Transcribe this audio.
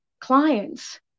clients